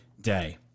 day